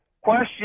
question